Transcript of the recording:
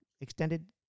extended